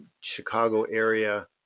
Chicago-area